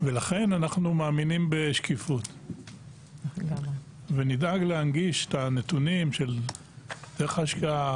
ולכן אנחנו מאמינים בשקיפות ונדאג להנגיש את הנתונים של איך ההשקעה,